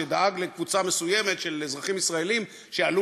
שדאג לקבוצה מסוימת של אזרחים ישראלים שעלו